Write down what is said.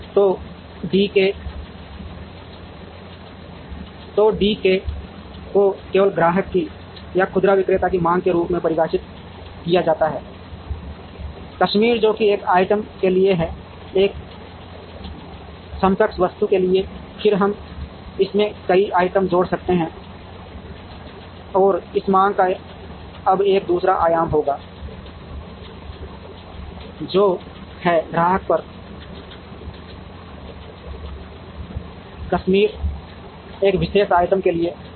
तो D K को केवल ग्राहक की या खुदरा विक्रेता की मांग के रूप में परिभाषित किया जाता है कश्मीर जो कि एक आइटम के लिए है एक समकक्ष वस्तु के लिए फिर हम इसमें कई आइटम जोड़ सकते हैं और इस मांग का अब एक दूसरा आयाम होगा जो है ग्राहक पर कश्मीर एक विशेष आइटम के लिए एल